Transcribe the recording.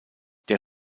der